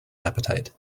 appetite